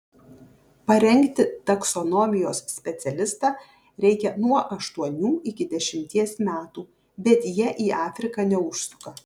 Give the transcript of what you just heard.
parengti taksonomijos specialistą reikia nuo aštuonių iki dešimties metų bet jie į afriką neužsuka